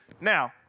Now